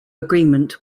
agreement